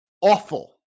awful